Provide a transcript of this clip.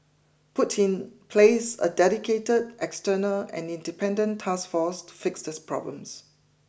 put in place a dedicated external and independent task force to fix these problems